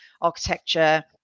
architecture